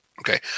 okay